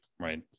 right